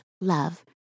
love